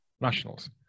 nationals